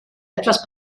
etwas